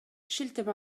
шилтеме